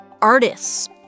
artists